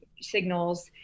signals